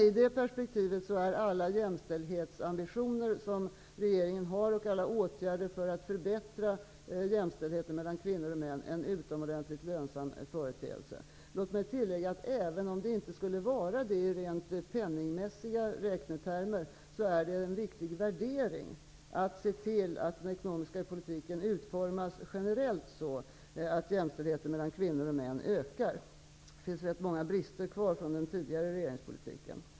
I det perspektivet är alla jämställdhetsambitioner som regeringen har och alla åtgärder för att förbättra jämställdheten mellan kvinnor och män utomordentligt lönsamma företeelser. Även om det inte skulle vara det i rent penningmässiga räknetermer, är det viktigt att se till att den ekonomiska politiken generellt utformas så att jämställdheten mellan kvinnor och män ökar. Det finns ganska många brister kvar från den tidigare regeringspolitiken.